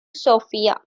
sofia